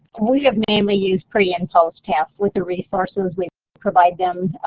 we have mainly use pre and post-test with the resources we provide them.